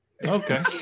Okay